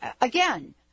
again